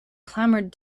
clamored